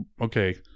okay